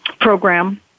program